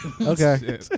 Okay